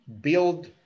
build